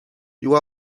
you